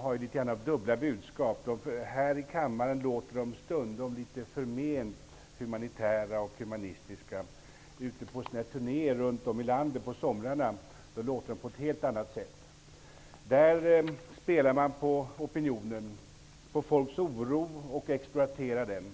har litet grand dubbla budskap. Här i kammaren låter de stundom litet förment humanitära och humanistiska. Ute på sina turnéer runt om i landet på somrarna låter de på ett helt annat sätt. Där spelar de på opinionen och människors oro och exploaterar den.